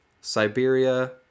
Siberia